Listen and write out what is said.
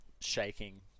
shaking